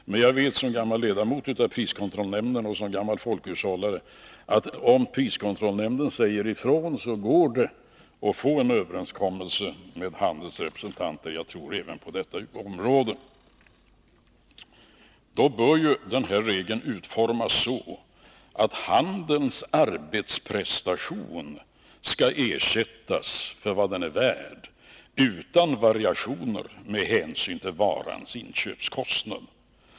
Som gammal ledamot av priskontrollnämnden och som gammal folkhushållare vet jag att om priskontrollnämnden säger ifrån, går det att få en överenskommelse med handelns representanter. Jag tror att det gäller även på detta område. Då bör denna regel utformas så, att handelns arbetsprestation skall ersättas för vad den är värd, utan variationer med hänsyn till varans inköpskostnad.